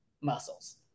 muscles